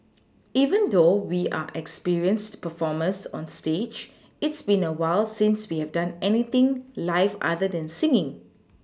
even though we are experienced performers on stage it's been a while since we've done anything live other than singing